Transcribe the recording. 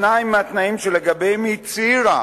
תנאי מהתנאים שלגביהם היא הצהירה,